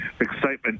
Excitement